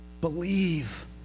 Believe